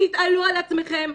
תתעלו על עצמכם,